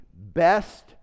best